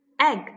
egg